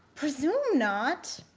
presume not